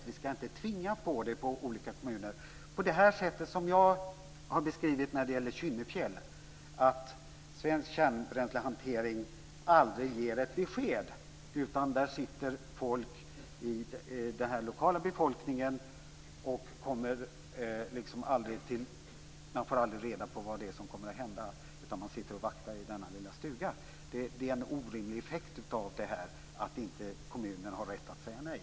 Vi skall inte tvinga på det på olika kommuner som i fallet Kynnefjäll, som jag har beskrivit, där Svensk Kärnbränslehantering aldrig ger något besked. Lokalbefolkningen får aldrig reda på vad som kommer att hända, utan man sitter och vaktar i denna lilla stuga. Detta är en orimlig effekt av att kommuner inte har rätt att säga nej.